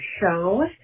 show